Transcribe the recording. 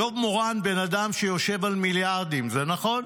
"'דב מורן, בן אדם שיושב על מיליארדים'", זה נכון,